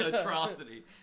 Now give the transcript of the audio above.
Atrocity